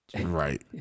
Right